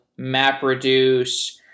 MapReduce